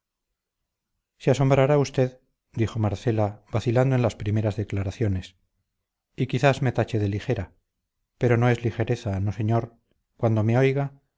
se asombrará usted dijo marcela vacilando en las primeras declaraciones y quizás me tache de ligera pero no es ligereza no señor cuando me oiga